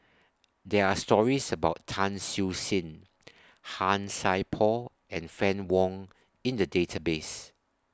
There Are stories about Tan Siew Sin Han Sai Por and Fann Wong in The Database